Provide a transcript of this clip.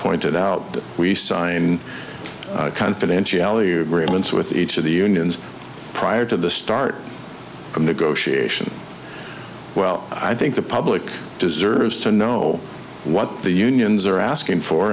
pointed out that we signed confidentiality agreements with each of the unions prior to the start of negotiations well i think the public deserves to know what the unions are asking for